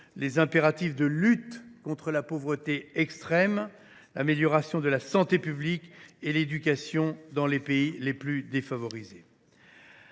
les impératifs de lutte contre la pauvreté extrême et d’amélioration de la santé publique et de l’éducation dans les pays les plus défavorisés